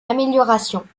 amélioration